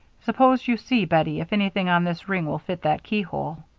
suppose you see, bettie, if anything on this ring will fit that keyhole.